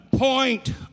point